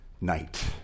night